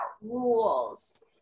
rules